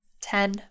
Ten